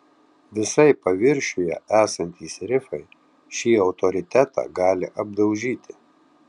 visai paviršiuje esantys rifai šį autoritetą gali apdaužyti